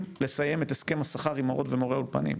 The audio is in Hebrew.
לסיים את הסכם השכר עם מורות ומורי האולפנים.